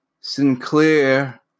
Sinclair